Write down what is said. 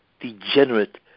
degenerate